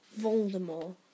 Voldemort